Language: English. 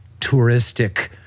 touristic